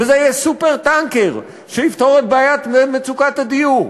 וזה יהיה "סופר-טנקר" שיפתור את בעיית מצוקת הדיור.